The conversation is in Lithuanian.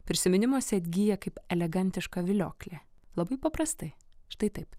prisiminimuose atgyja kaip elegantiška vilioklė labai paprastai štai taip